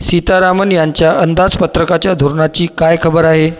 सीतारामन यांच्या अंदाजपत्रकाच्या धोरणाची काय खबर आहे